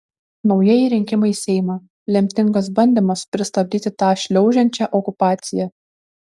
naujieji rinkimai į seimą lemtingas bandymas pristabdyti tą šliaužiančią okupaciją